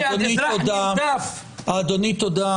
אדוני תודה.